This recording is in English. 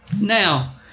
Now